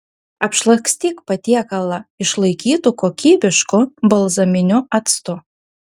apšlakstyk patiekalą išlaikytu kokybišku balzaminiu actu